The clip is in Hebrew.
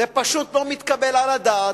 זה פשוט לא מתקבל על הדעת,